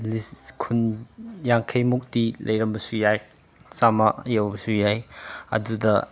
ꯈꯨꯟ ꯌꯥꯡꯈꯩ ꯃꯨꯛꯇꯤ ꯂꯩꯔꯝꯕꯁꯨ ꯌꯥꯏ ꯆꯥꯃ ꯌꯧꯕꯁꯨ ꯌꯥꯏ ꯑꯗꯨꯗ